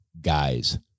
guys